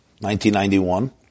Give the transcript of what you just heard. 1991